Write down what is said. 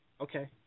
Okay